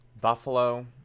Buffalo